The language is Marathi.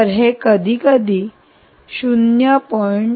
तर हे कधीकधी 0